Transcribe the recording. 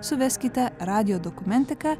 suveskite radijo dokumentika